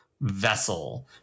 vessel